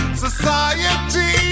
society